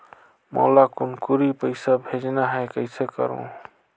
मोला कुनकुरी पइसा भेजना हैं, कइसे करो?